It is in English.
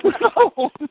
No